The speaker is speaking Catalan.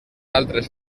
altres